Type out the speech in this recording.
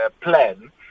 plan